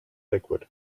liquid